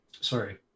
Sorry